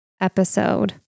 episode